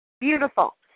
Beautiful